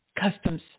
customs